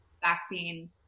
vaccine